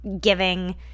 giving